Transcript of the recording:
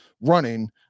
running